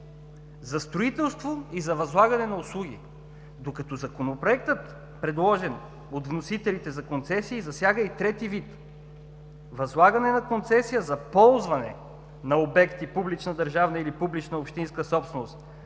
за строителство и за възлагане на услуги, докато Законопроектът за концесиите, предложен от вносителите, засяга и трети вид: възлагане на концесия за ползване на обекти – публична държавна или публична общинска собственост.